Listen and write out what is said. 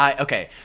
Okay